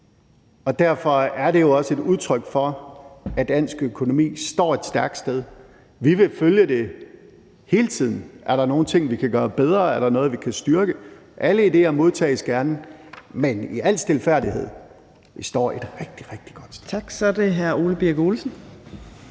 og derfor er det jo også et udtryk for, at dansk økonomi står et stærkt sted. Vi vil følge det hele tiden, med hensyn til om der er nogle ting, vi kan gøre bedre, og om der er noget, vi kan styrke. Alle idéer modtages gerne. Men i al stilfærdighed vil jeg sige, at vi står et rigtig, rigtig godt sted. Kl. 17:39 Tredje næstformand